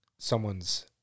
someone's